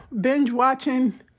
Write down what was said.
binge-watching